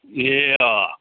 ए अँ